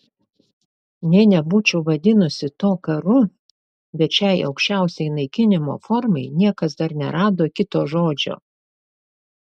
nė nebūčiau vadinusi to karu bet šiai aukščiausiai naikinimo formai niekas dar nerado kito žodžio